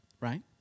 right